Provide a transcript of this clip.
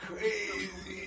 Crazy